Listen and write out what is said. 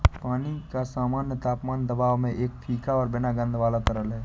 पानी का सामान्य तापमान दबाव में एक फीका और बिना गंध वाला तरल है